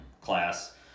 class